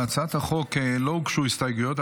להצעת החוק לא הוגשו הסתייגויות,